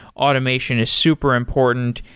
automation is super important.